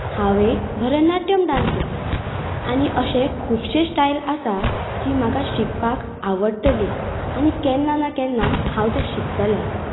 हांव एक भरतनाट्यम डांसर आनी अशें खुबशे स्टायल आसा जी म्हाका शिकपाक आवडटली आनी केन्ना ना केन्ना हांव तें शिकतलें